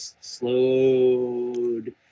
slowed